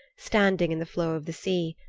standing in the flow of the sea,